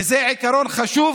וזה עיקרון חשוב,